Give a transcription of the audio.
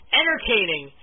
entertaining